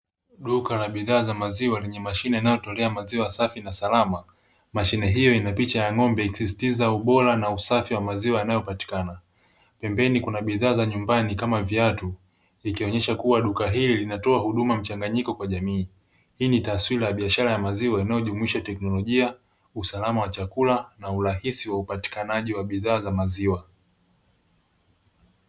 Duka la bidhaa za maziwa lenye mashine inayotolea maziwa safi na salama, mashine hiyo ina picha ya ng'ombe, inayosisitiza ubora na usafi wa maziwa yanayopatikana. Pembeni Kuna bidhaa za nyumbani kama viatu, ikionyesha kuwa duka hili linatoa huduma mchanganyiko kwa jamii. Hii ni taswira ya biashara ya maziwa inayo jumuisha teknolojia, usalama wa chakula na urahisi wa upatikanaji wa bidhaa za maziwa.